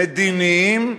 מדיניים,